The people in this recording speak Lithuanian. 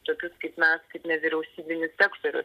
tokius kaip mes kaip nevyriausybinį sektorių